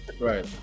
Right